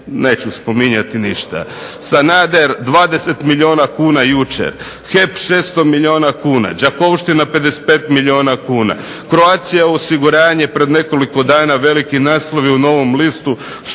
neću spominjati ništa, Sanader 20 milijuna kuna jučer, HEP 600 milijuna kuna, Đakovština 55 milijuna kuna, Croatia osiguranje pred nekoliko dana veliki naslovi u Novom listu